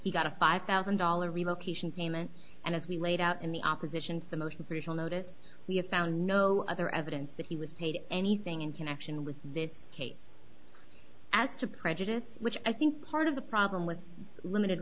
he got a five thousand dollars relocation payment and as we laid out in the opposition's the most crucial notice we have found no other evidence that he was paid anything in connection with this case as to prejudice which i think part of the problem with limited